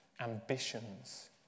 ambitions